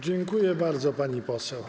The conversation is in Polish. Dziękuję bardzo, pani poseł.